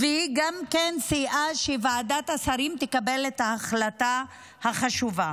והיא גם לכך סייעה שוועדת השרים תקבל את ההחלטה החשובה.